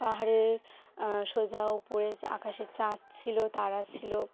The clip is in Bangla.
পাহাড়ের সোজা উপরে আকাশে চাঁদ ছিল তারা ছিল